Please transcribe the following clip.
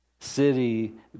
City